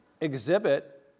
exhibit